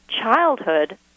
childhood